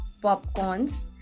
popcorns